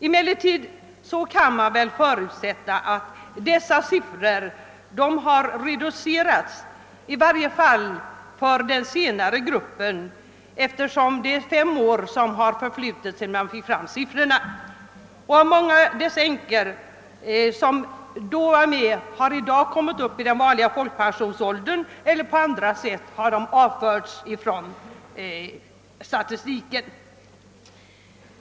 Emellertid kan man väl förutsätta att dessa siffror har reducerats i varje fall för den senare gruppen, eftersom fem år har förflutit sedan man fick fram den sistnämnda siffran, och många av de änkor som då var med har kommit upp i den vanliga folkpensionsåldern eller på andra sätt avförts ut statistiken.